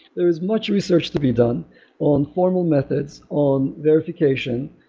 there is much research to be done on formal methods, on verification,